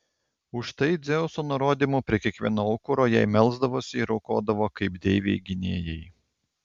už tai dzeuso nurodymu prie kiekvieno aukuro jai melsdavosi ir aukodavo kaip deivei gynėjai